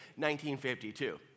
1952